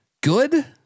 Good